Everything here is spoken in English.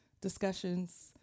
discussions